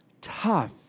tough